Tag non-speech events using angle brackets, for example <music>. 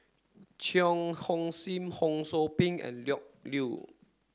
Cheang Hong <unintelligible> Ho Sou Ping and <unintelligible> Yew